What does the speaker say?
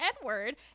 Edward